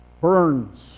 Burns